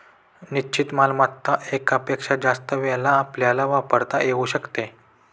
निश्चित मालमत्ता एकापेक्षा जास्त वेळा आपल्याला वापरता येऊ शकते